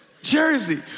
Jersey